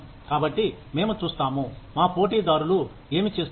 కాబట్టి మేము చూస్తాము మా పోటీదారులు ఏమి చేస్తున్నారు